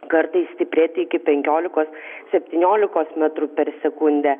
kartais stiprėti iki penkiolikos septyniolikos metrų per sekundę